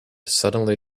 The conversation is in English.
suddenly